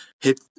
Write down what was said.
hit